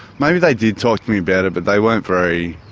maybe they did talk to me about it but they weren't very